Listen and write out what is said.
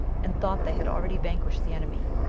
and thought they had already vanquished the enemy,